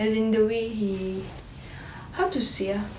as in the way he how to say ah